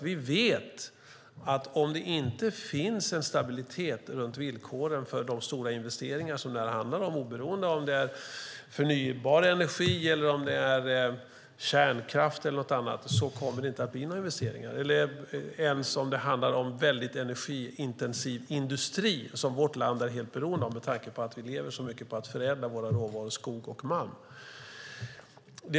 Vi vet att om det inte finns en stabilitet i villkoren för de stora investeringar som det handlar om, oberoende av om det är förnybar energi, kärnkraft eller något annat, kommer det inte att bli några investeringar - inte ens om det handlar om väldigt energiintensiv industri som vårt land är helt beroende av med tanke på att vi lever så mycket på att förädla våra råvaror skog och malm.